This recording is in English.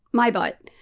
my butt.